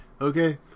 Okay